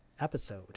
episode